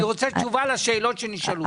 אני רוצה תשובות לשאלות שנשאלו.